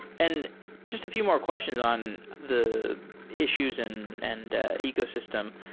and just a few more questions on the issues and and ecosystem.